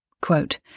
Quote